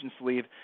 leave